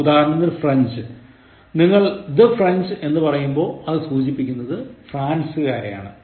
ഉദാഹരണത്തിന് ഫ്രഞ്ച് നിങ്ങൾ the French എന്നു പറയുമ്പോൾ അത് സൂചിപ്പിക്കുന്നത് ഫ്രാൻസ്കാരെ ആണ്